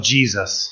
Jesus